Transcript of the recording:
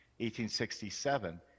1867